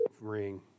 ring